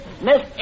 Miss